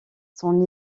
son